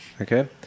okay